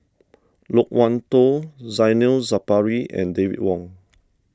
Loke Wan Tho Zainal Sapari and David Wong